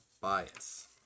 bias